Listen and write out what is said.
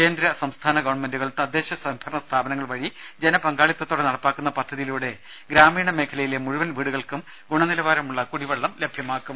കേന്ദ്ര സംസ്ഥാന ഗവൺമെന്റുകൾ തദ്ദേശ സ്വയംഭരണ സ്ഥാപനങ്ങൾ വഴി ജനപങ്കാളിത്തതോടെ നടപ്പിലാക്കുന്ന പദ്ധതിയിലൂടെ ഗ്രാമീണ മേഖലയിലെ മുഴുവൻ വീടുകൾക്കും ഗുണനിലവാരമുള്ള കുടിവെള്ളം ലഭ്യമാക്കും